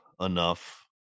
enough